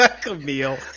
Camille